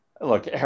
look